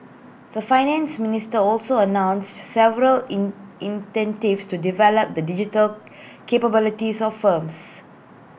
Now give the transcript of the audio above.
the Finance Minister also announced several in to develop the digital capabilities of firms